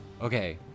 Okay